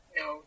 no